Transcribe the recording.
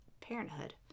parenthood